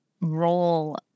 role